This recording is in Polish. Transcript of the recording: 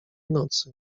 nocy